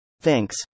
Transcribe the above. Thanks